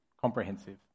comprehensive